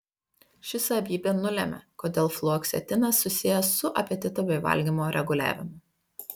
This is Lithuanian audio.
ši savybė nulemia kodėl fluoksetinas susijęs su apetito bei valgymo reguliavimu